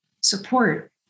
support